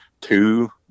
two